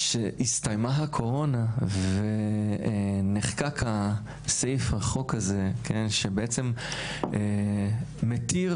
שהסתיימה הקורונה ונחקק סעיף החוק הזה שבעצם מתיר